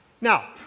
Now